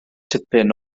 tipyn